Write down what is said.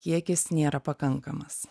kiekis nėra pakankamas